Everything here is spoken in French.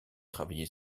travaillé